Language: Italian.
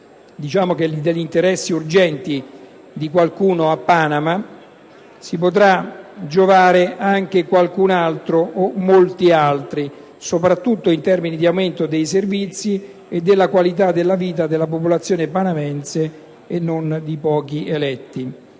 diciamo che degli interessi urgenti di qualcuno a Panama potrà giovarsi anche qualcun altro (o molti altri), soprattutto in termini di aumento dei servizi e della qualità della vita della popolazione panamense e non di pochi eletti.